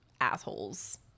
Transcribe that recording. assholes